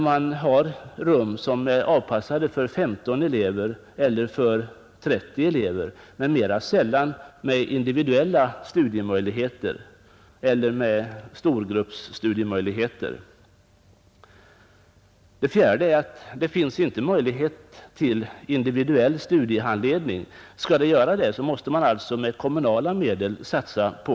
Man har nu rum som är anpassade för 15 eller 30 elever men mera sällan försedda med individuella studiemöjligheter eller med storgruppsstudiemöjligheter. Den fjärde orsaken är att det inte finns möjlighet till individuell studiehandledning. Skall sådan förekomma, måste man satsa på detta med kommu nala medel.